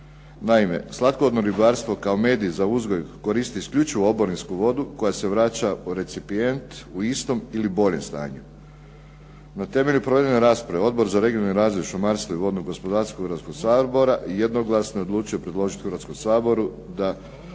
Naime, slatkovodno ribarstvo kao medij za uzgoj koristi isključivo oborinsku vodu koja se vraća u recipijent u istom ili boljem stanju. Na temelju provedene rasprave Odbor za regionalni razvoj, šumarstvo i vodno gospodarstvo Hrvatskog sabora jednoglasno je odlučio predložiti Hrvatskom saboru da